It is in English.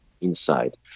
inside